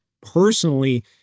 personally